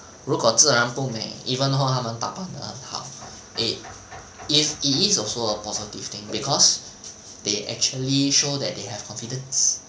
如果自然不美 even though 他们打扮得很好 it if it is also a positive thing because they actually show that they have confidence